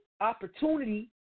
opportunity